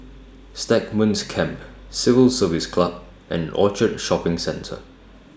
Stagmont Camp Civil Service Club and Orchard Shopping Centre